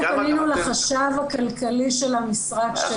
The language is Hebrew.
אנחנו פנינו לחשב הכללי של המשרד שלנו.